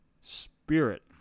Spirit